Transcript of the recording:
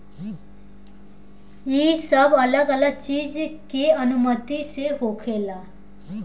ई सब अलग अलग चीज के अनुमति से होखेला